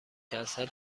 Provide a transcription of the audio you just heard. کنسل